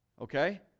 okay